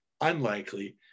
unlikely